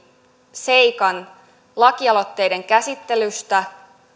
seikan lakialoitteiden käsittelystä